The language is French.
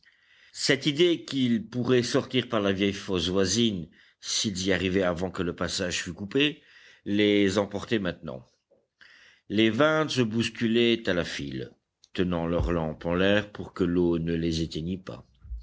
cette idée qu'ils pourraient sortir par la vieille fosse voisine s'ils y arrivaient avant que le passage fût coupé les emportait maintenant les vingt se bousculaient à la file tenant leurs lampes en l'air pour que l'eau ne les éteignît pas